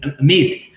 amazing